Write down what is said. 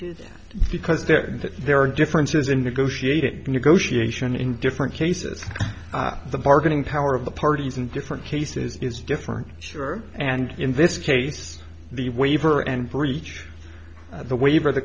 that because that there are differences in negotiated negotiation in different cases the bargaining power of the parties in different cases is different sure and in this case the waiver and breach the waiver of the